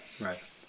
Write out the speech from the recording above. right